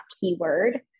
keyword